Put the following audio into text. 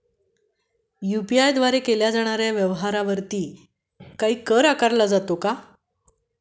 UPI द्वारे केल्या जाणाऱ्या व्यवहारावरती काही कर आकारला जातो का?